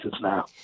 now